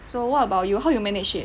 so what about you how you manage it